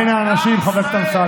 בין האנשים, חבר הכנסת אמסלם.